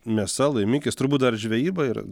mėsa laimikis turbūt dar žvejyba yra